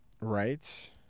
right